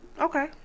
okay